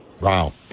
Wow